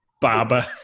barber